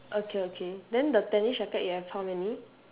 okay okay then the tennis racket you have how many